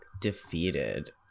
defeated